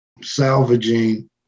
salvaging